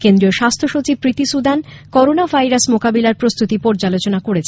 কেন্দ্রীয় স্বাস্থ্যসচিব Preeti Sudan corona virus সংক্রমণের মোকাবিলার প্রস্তুতি পর্যালোচনা করেছেন